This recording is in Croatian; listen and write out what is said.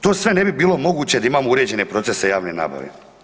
To sve ne bi bilo moguće da imamo uređene procese javne nabave.